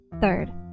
Third